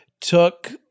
took